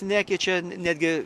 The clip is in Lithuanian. nekeičia netgi